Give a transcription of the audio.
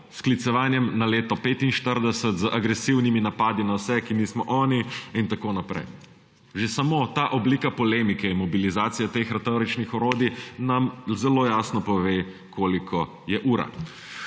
sklicevanjem na leto 1945, z agresivni napadi na vse, ki nismo oni in tako naprej. Že samo ta oblika polemike in mobilizacija teh retoričnih orodij nam zelo jasno pove, koliko je ura.